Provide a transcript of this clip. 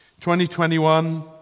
2021